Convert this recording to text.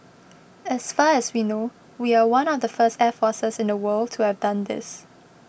as far as we know we are one of the first air forces in the world to have done this